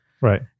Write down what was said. Right